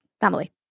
family